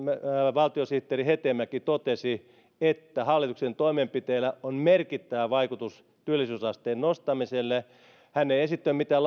valtiosihteeri hetemäki totesi että hallituksen toimenpiteillä on merkittävä vaikutus työllisyysasteen nostamiselle hän ei esittänyt mitään